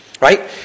Right